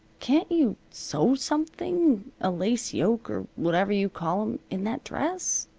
can't you sew something a lace yoke or whatever you call em in that dress?